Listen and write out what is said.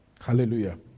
Hallelujah